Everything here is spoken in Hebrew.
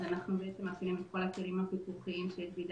אנחנו מפעילים את כל הכלים הפיקוחיים שיש בידי